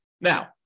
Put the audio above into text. Now